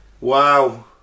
Wow